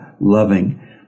loving